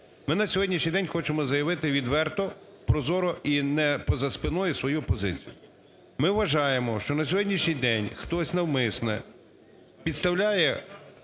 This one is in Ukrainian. ми на сьогоднішній день хочемо заявити відверто, прозоро і не поза спиною свою позицію. Ми вважаємо, що на сьогоднішній день хтось навмисне підставляє